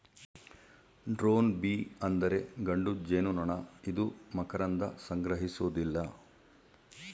drone bee ಅಂದರೆ ಗಂಡು ಜೇನುನೊಣ ಇದು ಮಕರಂದ ಸಂಗ್ರಹಿಸುವುದಿಲ್ಲ